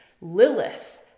Lilith